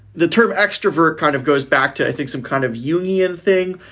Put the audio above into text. the term extrovert kind of goes back to, i think, some kind of union thing,